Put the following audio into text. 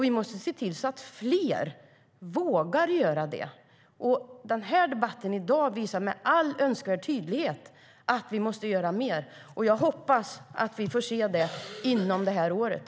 Vi måste se till att fler vågar anmäla. Debatten i dag visar med all önskvärd tydlighet att vi måste göra mer. Jag hoppas att det sker under det här året.